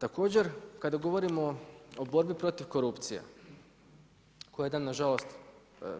Također, kada govorimo o borbi protiv korupcije, koja je nažalost,